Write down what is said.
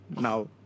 now